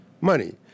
money